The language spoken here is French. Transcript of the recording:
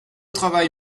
travail